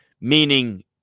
Meaning